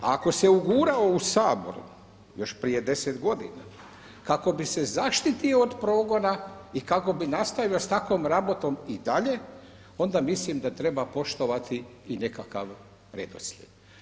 Ako se ugurao u Sabor još prije deset godina kako bi se zaštitio od progona i kako bi nastavio s takvom rabotom i dalje, onda mislim da treba poštovati i nekakav redoslijed.